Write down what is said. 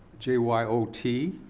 j y o t?